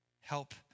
Help